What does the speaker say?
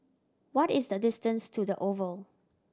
what is the distance to The Oval